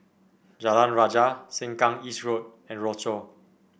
Jalan Rajah Sengkang East Road and Rochor